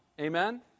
amen